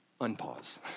unpause